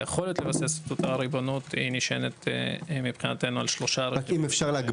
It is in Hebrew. היכולת לבסס את אותה ריבונות היא נשענת מבחינתנו על שלושה רכיבים